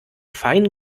fein